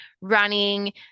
running